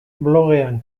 blogean